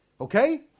Okay